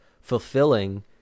fulfilling